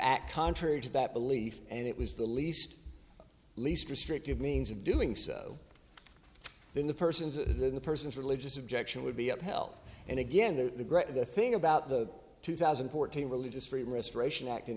act contrary to that belief and it was the least least restrictive means of doing so then the persons then the person's religious objection would be upheld and again that the great of the thing about the two thousand and fourteen religious freedom restoration act in